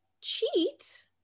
cheat